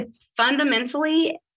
fundamentally